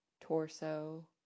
torso